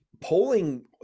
polling